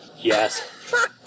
Yes